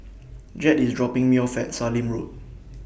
Jett IS dropping Me off At Sallim Road